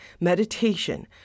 meditation